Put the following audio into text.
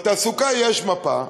בתעסוקה יש מפה,